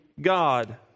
God